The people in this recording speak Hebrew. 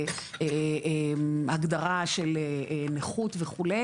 הגדרה של נכות וכו',